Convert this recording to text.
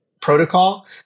protocol